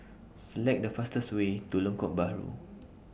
Select The fastest Way to Lengkok Bahru